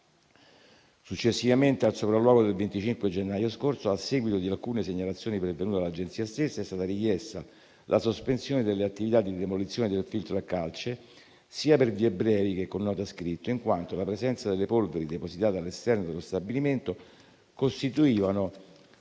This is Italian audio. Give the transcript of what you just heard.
Successivamente al sopralluogo del 25 gennaio scorso, a seguito di alcune segnalazioni pervenute all'Agenzia, è stata richiesta la sospensione delle attività di demolizione del filtro a calce, sia per vie brevi che con nota scritta, in quanto la presenza delle polveri depositate all'esterno dello stabilimento costituiva